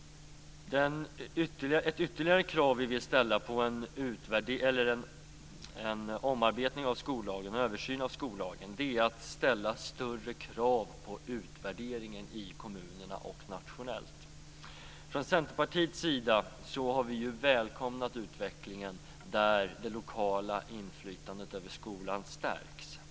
Ett ytterligare krav som vi vill ställa på en översyn av skollagen är att man skall ställa större krav på utvärderingen i kommunerna och nationellt. Vi i Centerpartiet har välkomnat utvecklingen mot att det lokala inflytandet över skolan stärks.